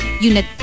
unit